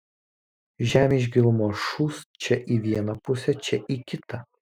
žemė iš gilumos šūst čia į vieną pusę čia į kitą